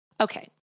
Okay